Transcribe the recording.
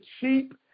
cheap